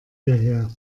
hierher